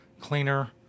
cleaner